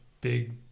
big